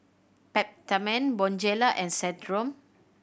Peptamen Bonjela and Centrum